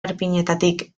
erpinetatik